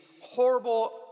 horrible